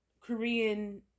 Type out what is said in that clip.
Korean